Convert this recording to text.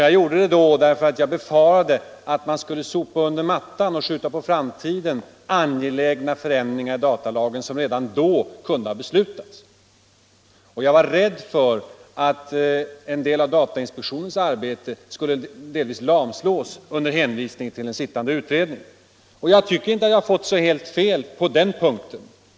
Jag gjorde det därför att jag befarade att man skulle sopa under mattan och skjuta på framtiden angelägna förändringar av datalagen som kunde ha beslutats redan då. Jag var rädd för att datainspektionens arbete skulle delvis lamslås under . hänvisning till en sittande utredning, och jag tycker inte att jag har fått så helt fel på den punkten.